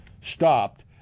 stopped